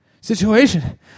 Situation